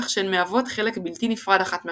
כך שהן מהוות חלק בלתי נפרד אחת מהשנייה.